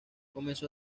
comenzó